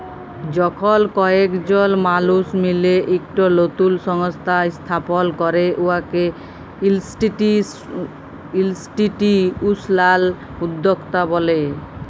যখল কয়েকজল মালুস মিলে ইকট লতুল সংস্থা ইস্থাপল ক্যরে উয়াকে ইলস্টিটিউশলাল উদ্যক্তা ব্যলে